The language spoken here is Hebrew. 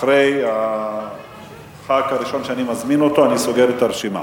אחרי חבר הכנסת הראשון שאני מזמין אני סוגר את הרשימה.